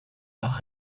par